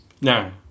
No